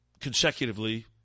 consecutively